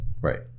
Right